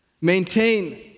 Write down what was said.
Maintain